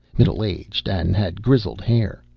middle-aged, and had grizzled hair.